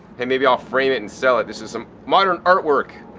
hey maybe i'll frame it and sell it, this is some modern artwork,